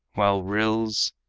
while rills,